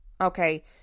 Okay